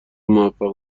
موفق